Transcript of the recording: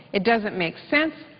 it doesn't make sense.